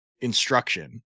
instruction